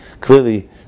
clearly